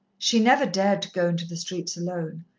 she never dared to go into the streets alone,